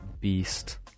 beast